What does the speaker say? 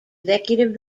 executive